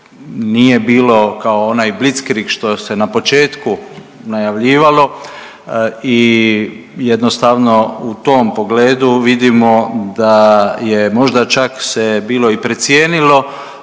nije bilo kao onaj Blitzkrieg što se na početku najavljivalo i jednostavno u tom pogledu vidimo da je možda čak se bilo i precijenilo